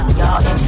Y'all